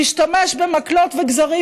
שהשתמש במקלות וגזרים,